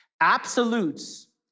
Absolutes